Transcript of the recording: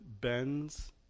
bends